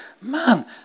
man